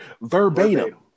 Verbatim